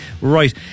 Right